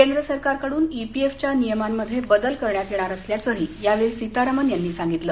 केंद्र सरकारकडून ईपीएफच्या नियमांमध्ये बदल करण्यात येणार असल्याचंही यावेळी सीतारामन यांनी सांगितलं